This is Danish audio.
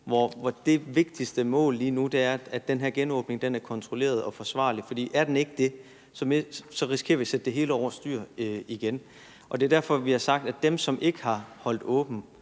hvor det vigtigste mål er, at den her genåbning er kontrolleret og forsvarlig, for er den ikke det, risikerer vi at sætte det hele over styr igen. Og det er derfor, vi har sagt, at i forhold til dem, som ikke har holdt åbent